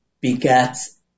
begets